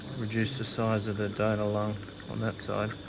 reduce the size of the donor lung on that side,